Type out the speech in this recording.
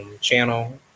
channel